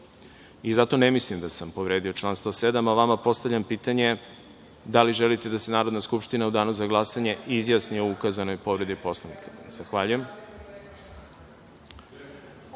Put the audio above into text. Zato ne mislim da sam povredio član 107. a vama postavljam pitanje da li želite da se Narodna skupština u danu za glasanje izjasni o ukazanoj povredi Poslovnika. **Milimir